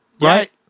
right